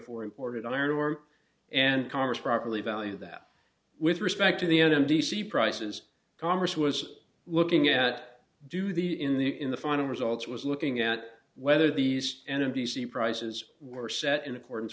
for imported iron ore and congress properly value that with respect to the m d c prices congress was looking at do the in the in the final results was looking at whether these and a b c prices were set in accordance